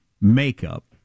makeup